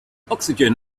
oxygen